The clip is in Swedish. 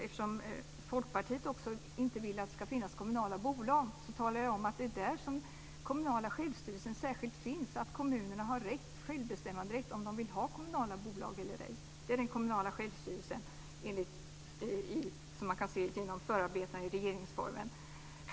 Eftersom Folkpartiet inte vill att det ska finnas kommunala bolag talade jag om att det är där som den kommunala självstyrelsen särskilt finns, att kommunerna har självbestämmanderätt när det gäller om de vill ha kommunala bolag eller inte. Det är den kommunala självstyrelsen som man kan se i förarbetena i regeringsformen.